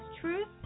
Truth